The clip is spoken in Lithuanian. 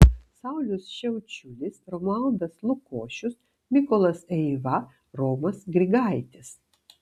saulius šiaučiulis romualdas lukošius mykolas eiva romas grigaitis